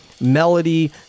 melody